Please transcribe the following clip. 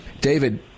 david